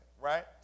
right